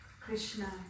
Krishna